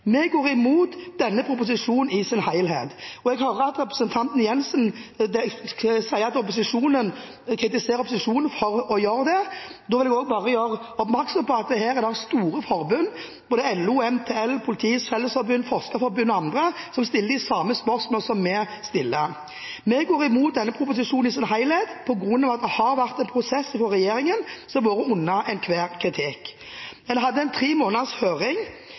Vi går imot denne proposisjonen i sin helhet. Jeg hører at representanten Jenssen kritiserer opposisjonen for å gjøre det. Da vil jeg bare gjøre oppmerksom på at det her er store forbund, både LO, NTL, Politiets Fellesforbund, Forskerforbundet og andre, som stiller de samme spørsmålene vi stiller. Vi går imot denne proposisjonen i sin helhet på grunn av at det har vært en prosess fra regjeringens side som har vært under enhver kritikk. En hadde en tre måneders høring.